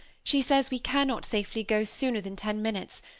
she says we cannot safely go sooner than ten minutes.